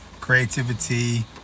creativity